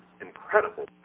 incredible